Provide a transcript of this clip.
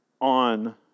on